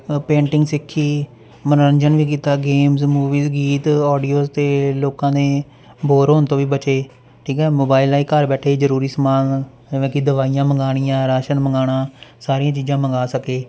ਅ painting ਸਿੱਖੀ ਮਨੋਰੰਜਨ ਵੀ ਕੀਤਾ ਗੇਮਸ ਮੂਵੀਜ਼ ਗੀਤ ਆਡੀਓਜ ਅਤੇ ਲੋਕਾਂ ਨੇ ਬੋਰ ਹੋਣ ਤੋਂ ਵੀ ਬਚੇ ਠੀਕ ਹੈ ਮੋਬਾਈਲ ਰਾਹੀਂ ਘਰ ਬੈਠੇ ਜ਼ਰੂਰੀ ਸਮਾਨ ਜਿਵੇਂ ਕਿ ਦਵਾਈਆਂ ਮੰਗਵਾਉਣੀਆਂ ਰਾਸ਼ਨ ਮੰਗਵਾਉਣਾ ਸਾਰੀਆਂ ਚੀਜ਼ਾਂ ਮੰਗਵਾ ਸਕੇ